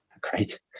Great